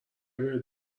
بهت